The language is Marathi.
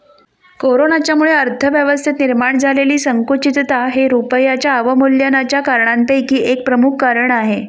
कोरोनाच्यामुळे अर्थव्यवस्थेत निर्माण झालेली संकुचितता हे रुपयाच्या अवमूल्यनाच्या कारणांपैकी एक प्रमुख कारण आहे